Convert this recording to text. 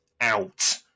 out